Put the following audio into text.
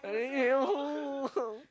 really no